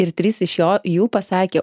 ir trys iš jo jų pasakė